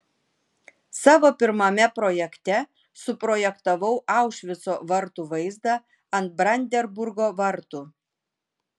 savo pirmame projekte suprojektavau aušvico vartų vaizdą ant brandenburgo vartų